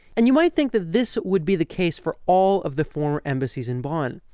and you might think that this would be the case for all of the former embassies in bonn,